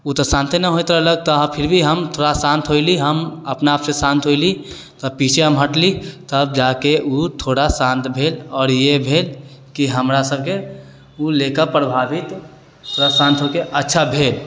ओ तऽ शान्ते न होइत रहलक तऽ फिर भी हम थोड़ा शान्त होइली हम अपना आपसँ शान्त होइली तऽ पीछे हम हटली तब जाकऽ ओ थोड़ा शान्त भेल आओर इएह भेल कि हमरा सबके ओ लइका प्रभावित थोड़ा शान्त होइके अच्छा भेल